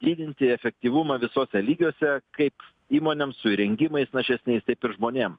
didinti efektyvumą visuose lygiuose kaip įmonėm su įrengimais našesniais taip ir žmonėm